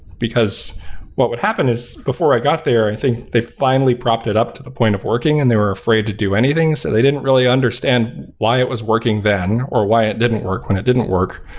because what would happen is before i got there, and i think they finally propped it up to the point of working and they were afraid to do anything. so they didn't really understand why it was working then or why it didn't work when it didn't work.